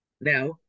Now